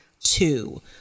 two